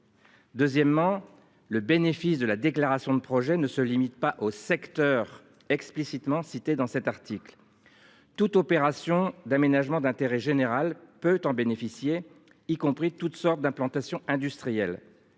Deuxièmement, le bénéfice de la déclaration de projet ne se limite pas au secteur explicitement cités dans cet article. Toute opération d'aménagement d'intérêt général peut en bénéficier. Y compris toutes sortes d'implantation industrielle.